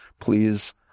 please